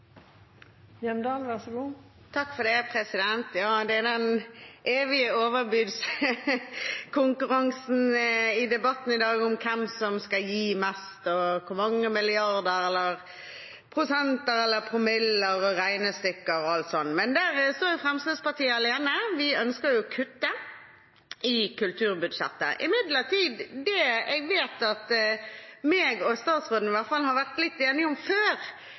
Ja, det er den evige overbudskonkurransen i debatten i dag om hvem som skal gi mest, og hvor mange milliarder, prosenter eller promiller og regnestykker og alt sånn. Men der står Fremskrittspartiet alene. Vi ønsker å kutte i kulturbudsjettet. Imidlertid vet jeg at det jeg og statsråden har vært litt enige om før,